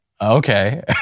Okay